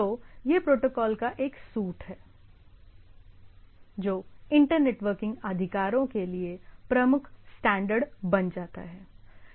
तो यह प्रोटोकॉल का एक सूट है जो इंटर नेटवर्किंग अधिकारों के लिए प्रमुख स्टैंडर्ड बन जाता है